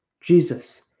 Jesus